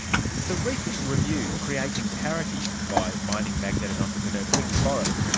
the recent review, creating parity, by mining magnate and entrepreneur twiggy forrest,